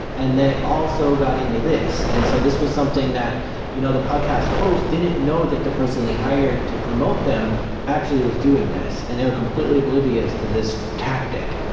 and they also got into this. and so this was something that you know the podcast host didn't know that the person they hired to promote them actually was doing this and they were completely oblivious to this tactic.